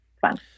fun